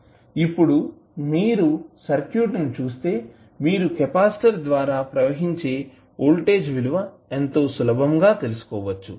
ఇప్పుడు మీరు సర్క్యూట్ ని చూస్తే మీరు కెపాసిటర్ ద్వారా ప్రవహించే వోల్టేజ్ విలువ ఎంతో సులభంగా తెలుసుకోవచ్చు